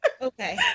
Okay